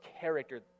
character